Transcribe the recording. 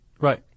Right